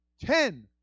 ten